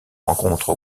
rencontre